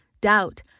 doubt